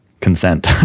consent